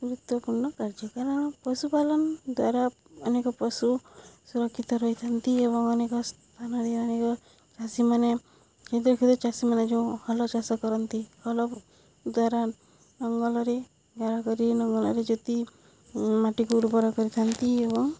ଗୁରୁତ୍ୱପୂର୍ଣ୍ଣ କାର୍ଯ୍ୟ କାରଣ ପଶୁପାଳନ ଦ୍ୱାରା ଅନେକ ପଶୁ ସୁରକ୍ଷିତ ରହିଥାନ୍ତି ଏବଂ ଅନେକ ସ୍ଥାନରେ ଅନେକ ଚାଷୀମାନେ କ୍ଷୁଦ୍ର କ୍ଷୁଦ୍ର ଚାଷୀମାନେ ଯେଉଁ ହଳ ଚାଷ କରନ୍ତି ହଳ ଦ୍ୱାରା ଲଙ୍ଗଳରେ ଗାଡ଼ କରି ଲଙ୍ଗଳରେ ଜତି ମାଟିକୁ ଉର୍ବର କରିଥାନ୍ତି ଏବଂ